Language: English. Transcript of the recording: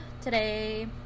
today